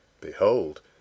Behold